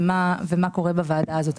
ומה קורה בוועדה הזאת,